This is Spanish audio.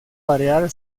variar